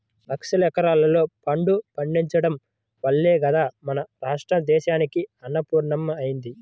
లక్షల ఎకరాల్లో వడ్లు పండించడం వల్లే గదా మన రాష్ట్రం దేశానికే అన్నపూర్ణమ్మ అయ్యింది